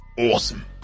Awesome